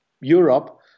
Europe